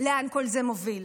לאן כל זה מוביל.